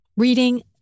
reading